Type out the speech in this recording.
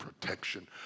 protection